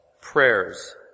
prayers